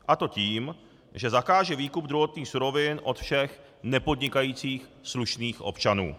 A to tím, že zakáže výkup druhotných surovin od všech nepodnikajících slušných občanů.